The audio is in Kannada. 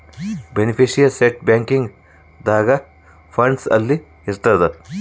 ಬೆನಿಫಿಶಿಯರಿ ನೆಟ್ ಬ್ಯಾಂಕಿಂಗ್ ದಾಗ ಫಂಡ್ಸ್ ಅಲ್ಲಿ ಇರ್ತದ